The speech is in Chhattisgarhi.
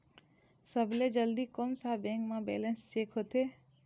सबसे जल्दी कोन सा बैंक म बैलेंस चेक होथे?